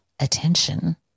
attention